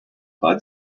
bud